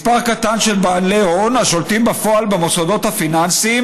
מספר קטן של בעלי הון השולטים בפועל במוסדות הפיננסיים